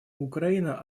украина